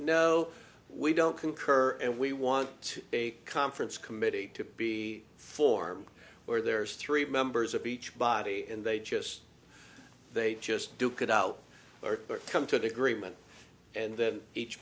no we don't concur and we want a conference committee to be formed where there's three members of each body and they just they just duke it out or come to the agreement and that each